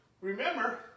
Remember